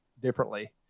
differently